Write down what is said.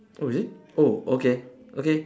oh is it oh okay okay